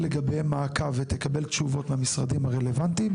לגביהם מעקב ותקבל תשובות מהמשרדים הרלוונטיים,